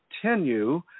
continue